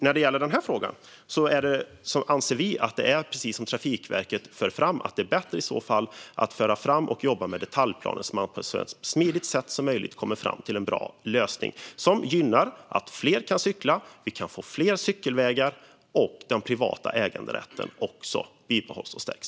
När det gäller den här frågan anser vi att det är precis som Trafikverket för fram, nämligen att det i så fall är bättre att föra fram och jobba med detaljplaner så att man på ett så smidigt sätt som möjligt kommer fram till en bra lösning som gör att fler kan cykla, att vi kan få fler cykelvägar och att den privata äganderätten bibehålls och stärks.